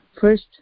first